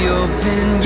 open